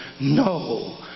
no